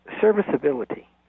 Serviceability